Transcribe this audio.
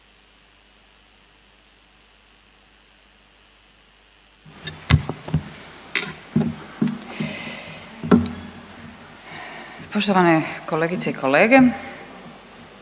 Poštovane kolegice i kolege,